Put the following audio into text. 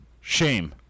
Shame